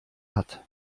hat